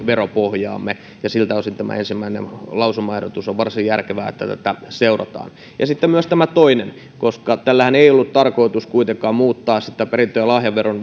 veropohjaamme siltä osin tämä ensimmäinen lausumaehdotus on varsin järkevä se että tätä seurataan ja sitten myös tämä toinen jolla ei ollut tarkoitus kuitenkaan muuttaa sitä perintö ja lahjaveron